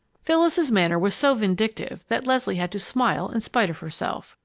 phyllis's manner was so vindictive that leslie had to smile in spite of herself.